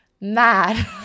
mad